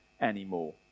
anymore